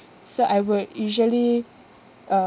so I would usually uh